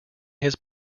his